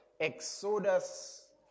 Exodus